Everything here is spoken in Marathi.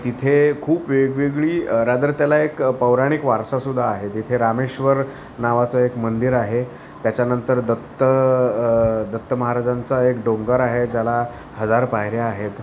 आणि तिथे खूप वेगवेगळी रादर त्याला एक पौराणिक वारसासुद्दा आहे तिथे रामेश्वर नावाचं एक मंदिर आहे त्याच्यानंतर दत्त दत्त महाराजांचा एक डोंगर आहे ज्याला हजार पायऱ्या आहेत